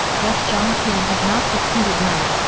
thus jiang tian had not succeeded now.